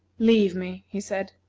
leave me, he said.